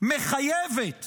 מחייבת